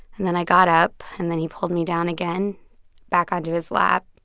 and then i got up, and then he pulled me down again back onto his lap.